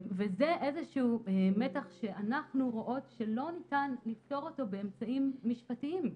וזה איזשהו מתח שאנחנו רואות שלא ניתן לפתור אותו באמצעים משפטיים.